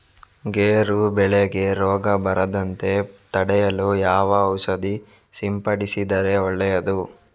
ಗೇರು ಬೆಳೆಗೆ ರೋಗ ಬರದಂತೆ ತಡೆಯಲು ಯಾವ ಔಷಧಿ ಸಿಂಪಡಿಸಿದರೆ ಒಳ್ಳೆಯದು?